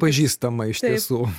pažįstama iš tiesų